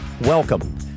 Welcome